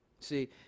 See